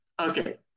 Okay